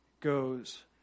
goes